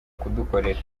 kudukorera